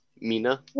Mina